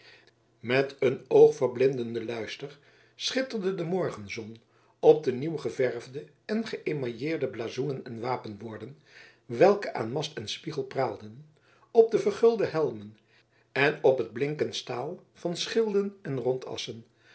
met een oogverblindenden luister schitterde de morgenzon op de nieuwgeverfde en geëmailleerde blazoenen en wapenborden welke aan mast en spiegel praalden op de vergulde helmen en op het blinkend staal van schilden en rondassen